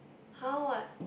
[huh] what